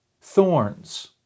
thorns